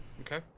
okay